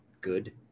good